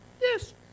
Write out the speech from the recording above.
Yes